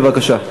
בבקשה.